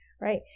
right